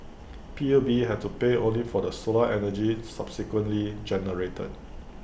P U B had to pay only for the solar energy subsequently generated